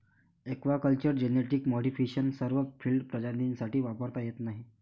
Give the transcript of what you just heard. aquaculture genetic modification सर्व field प्रजातींसाठी वापरता येत नाही